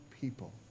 people